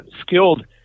skilled